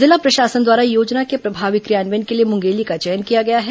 जिला प्रशासन द्वारा योजना के प्रभावी क्रियान्वयन के लिए मुंगेली का चयन किया गया है